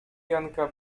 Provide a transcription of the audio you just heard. janka